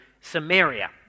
Samaria